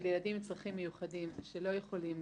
של ילדים עם צרכים מיוחדים שלא יכולים